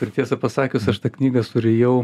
ir tiesą pasakius aš tą knygą surijau